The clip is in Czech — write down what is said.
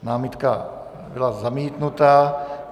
Námitka byla zamítnuta.